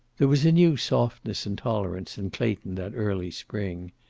there was a new softness and tolerance in clayton that early spring.